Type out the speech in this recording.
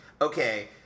okay